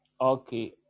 okay